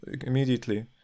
immediately